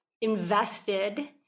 invested